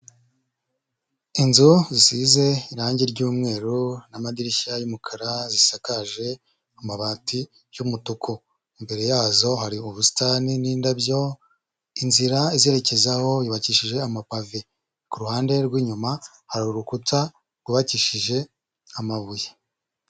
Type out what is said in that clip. Inzu zisize irangi ry'umweru n'amadirishya y'umukara zisakaje amabati y'umutuku. Imbere yazo hari ubusitani n'indabyo, inzira izerekezaho yubakishije amapave. Ku ruhande rw'inyuma hari urukuta rwubakishije amabuye.